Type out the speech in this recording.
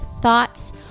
thoughts